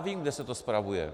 Vím, kde se to spravuje.